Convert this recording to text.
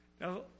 Now